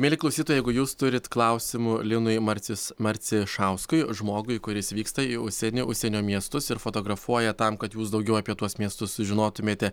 mieli klausytojai jeigu jūs turit klausimų linui marcis marcišauskui žmogui kuris vyksta į užsienį užsienio miestus ir fotografuoja tam kad jūs daugiau apie tuos miestus sužinotumėte